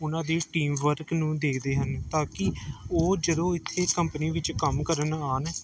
ਉਹਨਾਂ ਦੇ team work ਨੂੰ ਦੇਖਦੇ ਹਨ ਤਾਂ ਕਿ ਉਹ ਜਦੋਂ ਇੱਥੇ ਕੰਪਨੀ ਵਿੱਚ ਕੰਮ ਕਰਨ ਆਉਣ